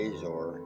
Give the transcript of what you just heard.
Azor